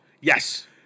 Yes